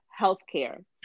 healthcare